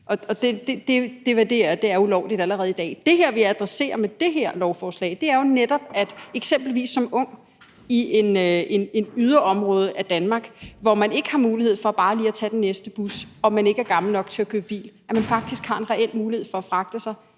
er; det er ulovligt allerede i dag. Det her, vi adresserer med det her forslag, er jo netop, at man eksempelvis som ung i et yderområde af Danmark, hvor man ikke har mulighed for bare lige at tage den næste bus og man ikke er gammel nok til at køre i bil, faktisk har en reel mulighed for at fragte sig